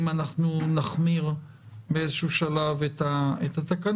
אם אנחנו נחמיר באיזשהו שלב את התקנות.